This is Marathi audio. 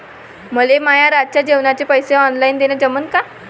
मले माये रातच्या जेवाचे पैसे ऑनलाईन देणं जमन का?